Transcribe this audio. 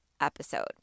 episode